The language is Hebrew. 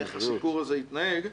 איך הסיפור הזה יתנהג.